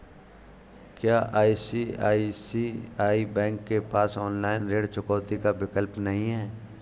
क्या ICICI bank के पास ऑनलाइन ऋण चुकौती का विकल्प नहीं है?